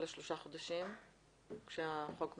על שלושה חודשים שהחוק מתיר?